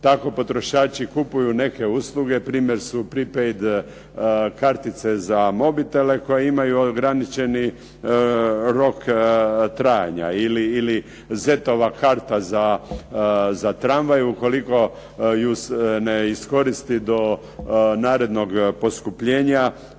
Tako potrošači kupuju neke usluge, primjer su prepaid kartice za mobitele koje imaju ograničeni rok trajanja. Ili ZET-ova karta za tramvaj ukoliko ju ne iskoristi do narednog poskupljenja